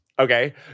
Okay